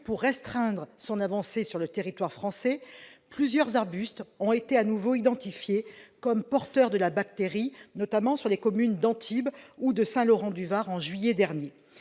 pour restreindre son avancée sur le territoire français, plusieurs arbustes ont été de nouveau identifiés comme porteurs de la bactérie, notamment dans les communes d'Antibes et de Saint-Laurent-du-Var, au mois de juillet dernier.